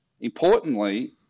importantly